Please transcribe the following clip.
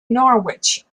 norwich